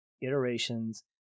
iterations